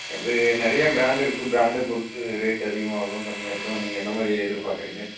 அது நிறையா ப்ராண்ட் இருக்குது ப்ராண்டை பொறுத்து ரேட் அதிகமாகும் கம்மியாக இருக்கும் நீங்கள் என்ன மாதிரி எதிர்பார்க்கறீங்க